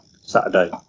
Saturday